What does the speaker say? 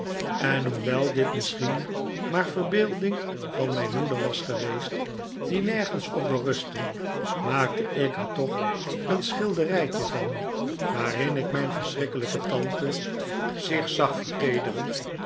en hoewel dit misschien maar verbeelding van mijn moeder was geweest die nergens op berustte maakte ik er toch een schilderijtje van waarin ik mijn verschrikkelijke tante zich zag